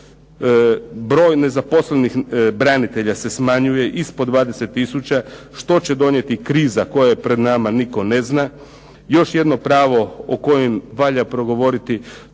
Broj nezaposlenih branitelja se smanjuje ispod 20 tisuća. Što će donijeti kriza koja je pred nama, nitko ne zna. Još jedno pravo o kojem valja progovoriti